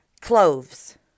Cloves